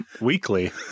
weekly